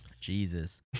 Jesus